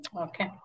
Okay